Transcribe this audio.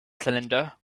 cylinder